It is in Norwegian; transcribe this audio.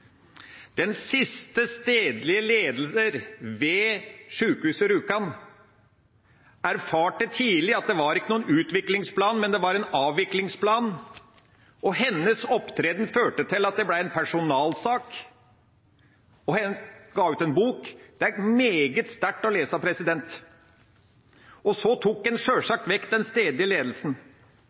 Den siste stedlige ledelsen ved Rjukan sykehus erfarte tidlig at det ikke var noen utviklingsplan, men det var en avviklingsplan. Hennes opptreden førte til at det ble en personalsak, og hun ga ut en bok – det er meget sterkt å lese. Så tok en sjølsagt vekk den stedlige ledelsen,